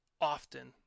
often